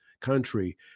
country